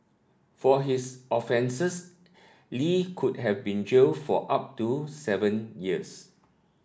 for his offences Li could have been jailed for up to seven years